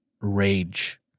rage